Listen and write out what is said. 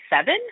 seven